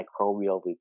microbial